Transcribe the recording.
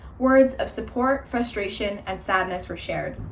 words of support, frustration, and sadness were shared,